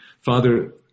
Father